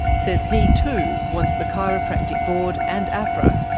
says he too wants the chiropractic board and ahpra,